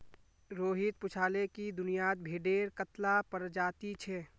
रोहित पूछाले कि दुनियात भेडेर कत्ला प्रजाति छे